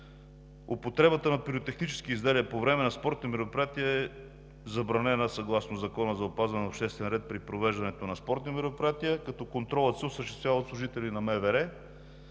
Употребата на пиротехнически изделия по време на спортни мероприятия е забранена съгласно Закона за опазване на обществен ред при провеждането на спортни мероприятия, като контролът се осъществява от служители на МВР